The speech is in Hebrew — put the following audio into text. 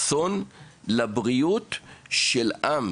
לבריאות שלנו כעם.